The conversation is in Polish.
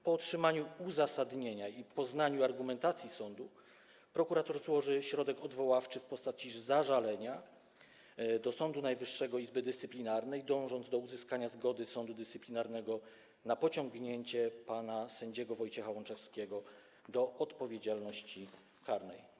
Po otrzymaniu uzasadnienia i poznaniu argumentacji sądu prokurator złoży środek odwoławczy w postaci zażalenia do Izby Dyscyplinarnej Sądu Najwyższego, dążąc do uzyskania zgody sądu dyscyplinarnego na pociągnięcie pana sędziego Wojciecha Łączewskiego do odpowiedzialności karnej.